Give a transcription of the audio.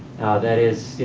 that is,